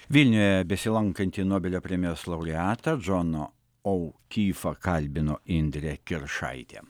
vilniuje besilankanti nobelio premijos laureatą džoną aukyfą kalbino indrė kiršaitė